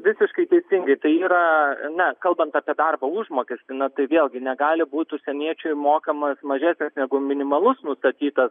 visiškai teisingai tai yra na kalbant apie darbo užmokestį na tai vėlgi negali būti užsieniečiui mokamas mažesnis negu minimalus nustatytas